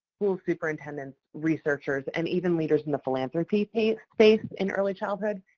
school superintendents, researchers, and even leaders in the philanthropy space in early childhood.